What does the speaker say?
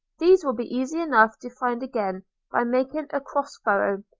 these will be easy enough to find again by making a a cross furrow,